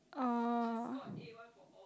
oh